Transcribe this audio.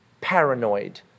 Paranoid